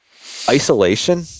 isolation